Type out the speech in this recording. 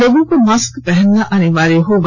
लोगों को मास्क पहनना अनिवार्य होगा